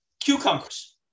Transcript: cucumbers